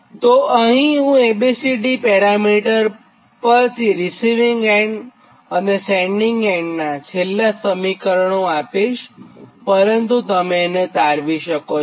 તો હું અહીં A B C D parameter પરથી રીસિવીંગ એન્ડ અને સેન્ડીંગ એન્ડનાં છેલ્લા સમીકરણો આપીશપરંતુ તમે તેને તારવી પણ શકો છો